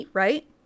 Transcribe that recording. Right